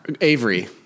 Avery